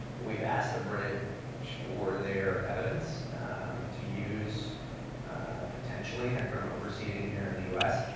but we've asked the british for their evidence to use potentially in a criminal proceeding here in the u s.